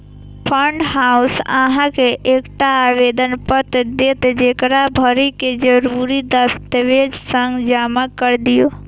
fund house अहां के एकटा आवेदन पत्र देत, जेकरा भरि कें जरूरी दस्तावेजक संग जमा कैर दियौ